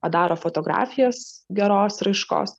padaro fotografijas geros raiškos